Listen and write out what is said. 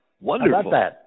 Wonderful